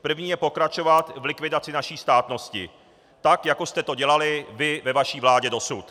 První je pokračovat v likvidaci naší státnosti tak, jako jste to dělali vy ve vaší vládě dosud.